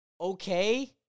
okay